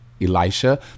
Elisha